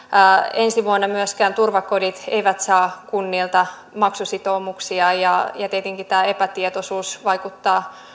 ensi vuonna myöskään turvakodit eivät saa kunnilta maksusitoumuksia ja ja tietenkin tämä epätietoisuus vaikuttaa